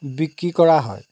বিক্ৰী কৰা হয়